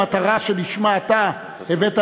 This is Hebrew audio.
אבל כאן מדובר במאות מיליונים שאין מאיפה להביא אותם,